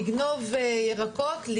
ירקות,